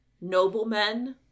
noblemen